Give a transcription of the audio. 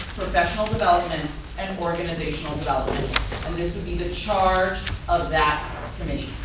professional development and organizational development and this will be the charge of that committee.